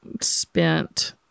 spent